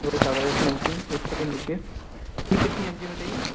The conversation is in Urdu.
روٹاواٮٔرس من سی ایک سیکنڈ رُکیے یہ کتنی ایم جی میں چاہیے